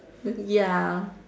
um ya